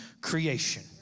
creation